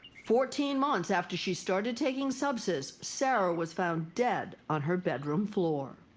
fourteen months after she started taking subsys, sarah was found dead on her bedroom floor.